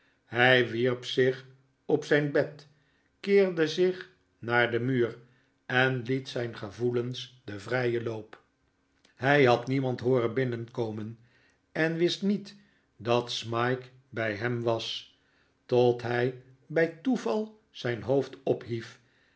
hij wierp zich op zijn bed keerde zich naar den muur en liet zijn gevoelens den vrijen loop hij had niemand hooren binnenkomen en wist niet dat smike bij hem was tot hij bij toeval zijn hoofd ophief